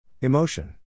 Emotion